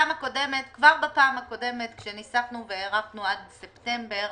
כבר בפעם הקודמת כשניסחנו והארכנו עד ספטמבר,